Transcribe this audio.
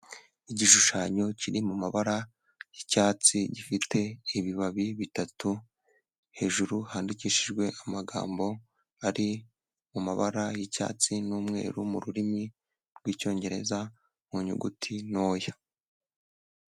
Igishushanyo kiri mabara y'icyatsi gifite ibibabi bitatu, hejuru handikishijwe amagambo ari mu mabara y'icyatsi n'umweru mu rurimi rw'icyongereza mu nyuguti ntoya.